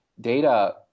Data